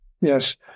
Yes